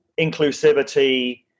inclusivity